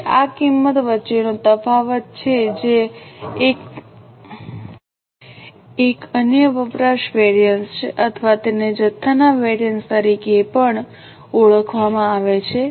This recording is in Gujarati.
તેથી આ કિંમત વચ્ચેનો તફાવત છે જે એક અન્ય વપરાશ વેરિએન્સ છે અથવા તેને જથ્થાના વેરિએન્સ તરીકે પણ ઓળખવામાં આવે છે